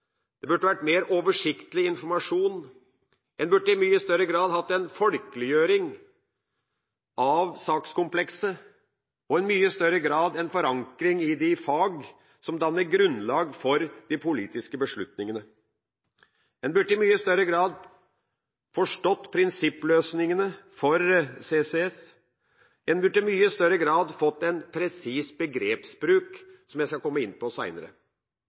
Det burde vært mer oversiktlig informasjon. En burde i mye større grad hatt en folkeliggjøring av sakskomplekset og i mye større grad en forankring i de fag som danner grunnlag for de politiske beslutningene. En burde i mye større grad forstått prinsippløsningene for CCS. En burde i mye større grad fått en presis begrepsbruk, som jeg skal komme inn på seinere.